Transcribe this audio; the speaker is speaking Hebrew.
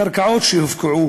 קרקעות שהופקעו